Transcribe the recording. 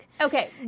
Okay